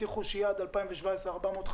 הבטיחו שיהיה עד 2017 450,